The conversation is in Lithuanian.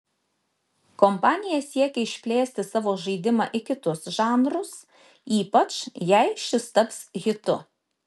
kompanija siekia išplėsti savo žaidimą į kitus žanrus ypač jei šis taps hitu